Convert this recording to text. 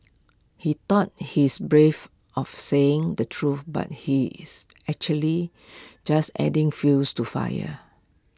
he thought he's brave of saying the truth but he is actually just adding fuels to fire